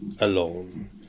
alone